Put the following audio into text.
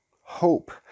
Hope